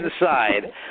inside